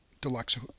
deluxe